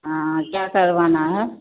हाँ क्या करवाना है